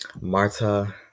Marta